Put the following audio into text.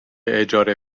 اجاره